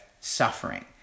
suffering